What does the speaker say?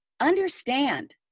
Understand